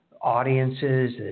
audiences